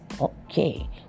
okay